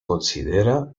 considera